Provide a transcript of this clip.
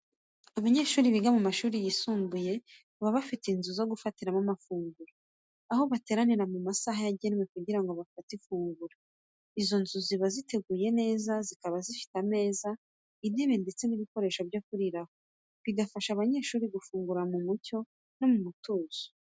Abanyeshuri biga mu mashuri yisumbuye, baba bafite inzu zo gufatiramo amafunguro, aho bateranira mu masaha yagenwe kugira ngo bafate ifunguro. Izo nzu ziba ziteguye neza, zikaba zifite ameza, intebe ndetse n'ibikoresho byo kuriraho, bigafasha abanyeshuri gufungura mu mucyo no mu mutuzo.